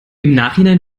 nachhinein